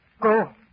Go